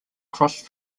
crossed